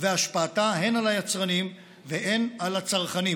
והשפעתה הן על היצרנים והן על הצרכנים.